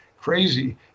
crazy